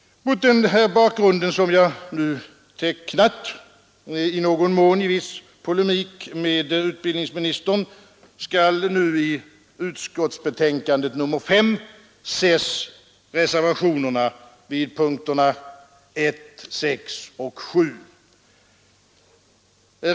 Mot den bakgrund som jag nu tecknat, i viss polemik med utbildningsministern, skall nu i utskottsbetänkandet nr 5 ses reservationerna vid punkterna 1, 6 och 7.